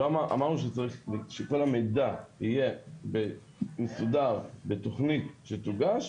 אמרנו שצריך שכל המידע יהיה מסודר בתוכנית שתוגש,